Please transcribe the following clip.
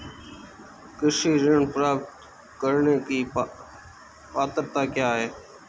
कृषि ऋण प्राप्त करने की पात्रता क्या है?